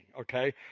okay